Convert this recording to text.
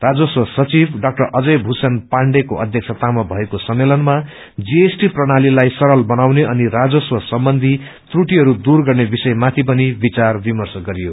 राजस्व सचिव डा अजय भूषण पाण्डेको अध्यक्षतामा भएको सम्मेलनमा जीएसटी प्रणालीलाई सरल बनाउने अनि राजस्व सम्बन्ची त्रृटिहरू दूर गर्ने विषयमाथि पनि विचार विमर्श गरियो